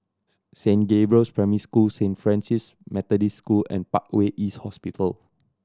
Saint Gabriel's Primary School Saint Francis Methodist School and Parkway East Hospital